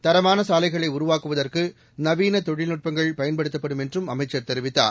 தரமானசாலைகளைஉருவாக்குவதற்குநவீனதொழில்நுட்பங்கள் பயன்படுத்தப்படும் என்றும் அமைச்சள் தெரிவித்தார்